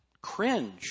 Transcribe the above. cringe